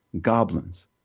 goblins